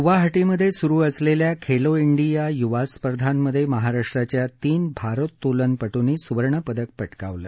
गवाहाटीमधे सुरु असलेल्या खेलो इंडियायुवा स्पर्धांमधे महाराष्ट्राच्या तीन भारोतोलनपटूंनी सुवर्णपदक पटकावलं